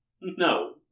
No